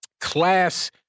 class